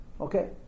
okay